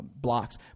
blocks